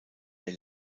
der